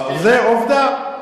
זו עובדה.